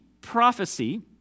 prophecy